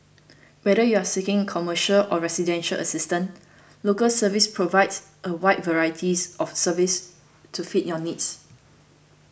whether you are seeking commercial or residential assistance Local Service provides a wide varieties of services to fit your needs